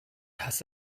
has